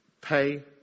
pay